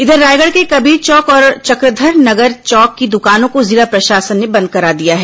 इधर रायगढ़ के कबीर चौक और चक्रधर नगर चौक की दुकानों को जिला प्रशासन ने बंद करा दिया है